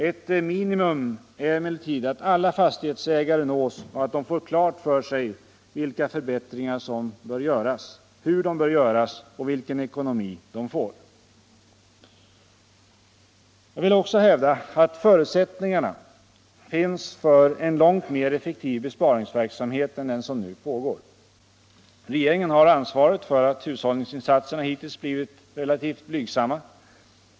Ett minimum är emellertid att alla fastighetsägare nås och att de får klart för sig vilka förbättringar som bör göras, hur de bör göras och vilken ekonomi de får. Jag vill alltså hävda att förutsättningarna finns för en långt mer effektiv besparingsverksamhet än den som nu pågår. Regeringen har ansvaret för att hushållningsinsatserna hittills blivit relativt blygsamma.